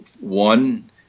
one